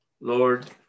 Lord